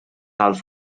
els